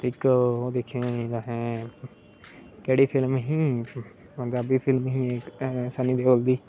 इक ओह् दिक्खी होनी तुसें केह्ड़ी फिल्म ही पंजाबी फिल्म ही सनी दओल दी